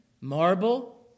marble